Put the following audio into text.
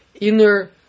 inner